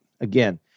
again